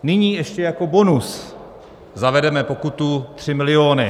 Nyní ještě jako bonus zavedeme pokutu 3 miliony.